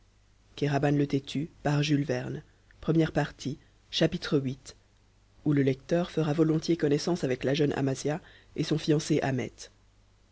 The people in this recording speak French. d'odessa viii ou le lecteur fera volontiers connaissance avec la jeune amasia et son fiancé